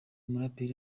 muraperi